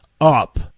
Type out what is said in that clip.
up